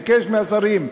ביקש מהשרים.